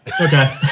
Okay